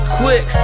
quit